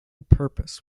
purpose